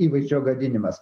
įvaizdžio gadinimas